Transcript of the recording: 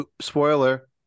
Spoiler